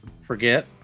forget